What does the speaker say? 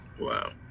Wow